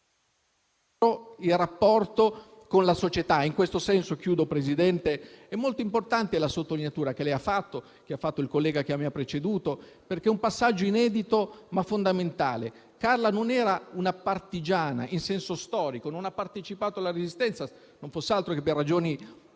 il rapporto con la società. In questo senso è molto importante la sottolineatura che ha fatto il collega che mi ha preceduto, perché è un passaggio inedito, ma fondamentale. Carla non era una partigiana in senso storico; non ha partecipato alla Resistenza, non fosse altro che per ragioni